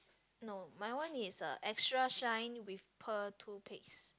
no my one is uh extra shine with pearl toothpaste